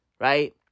right